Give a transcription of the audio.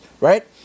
right